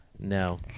No